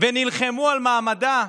ונלחמו על מעמדה,